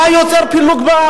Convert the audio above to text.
מה יוצר פילוג בעם?